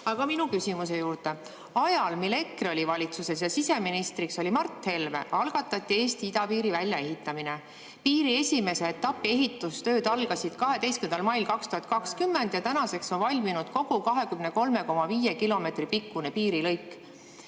minu küsimuse juurde. Ajal, mil EKRE oli valitsuses ja siseminister oli Mart Helme, algatati Eesti idapiiri väljaehitamine. Piiri esimese etapi ehitustööd algasid 12. mail 2020 ja tänaseks on valminud kokku 23,5 kilomeetri pikkune piirilõik.